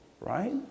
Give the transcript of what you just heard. right